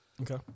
okay